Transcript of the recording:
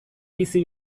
bizi